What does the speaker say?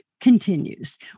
continues